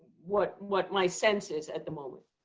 what what my sense is at the moment.